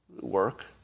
work